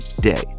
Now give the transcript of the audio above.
day